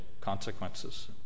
consequences